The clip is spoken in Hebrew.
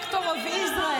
ה-protector of Israel,